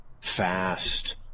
fast